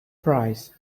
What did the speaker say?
price